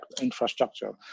infrastructure